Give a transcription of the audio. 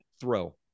throw